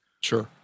Sure